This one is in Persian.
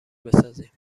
بسازیم